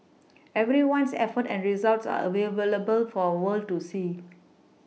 everyone's efforts and results are available for world to see